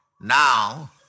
Now